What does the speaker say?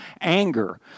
anger